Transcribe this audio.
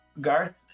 Garth